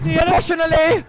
emotionally